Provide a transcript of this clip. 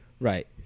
Right